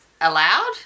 allowed